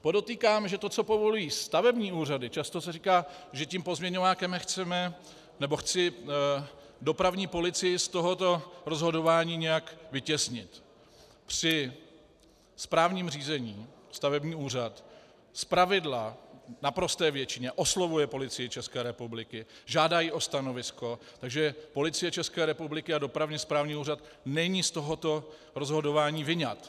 Podotýkám, že to, co povolují stavební úřady, často se říká, že tím pozměňovákem chci dopravní policii z tohoto rozhodování nějak vytěsnit, při správním řízení stavební úřad zpravidla v naprosté většině oslovuje Policii České republiky, žádá ji o stanovisko, takže Policie České republiky a dopravně správní úřad není z tohoto rozhodování vyňat.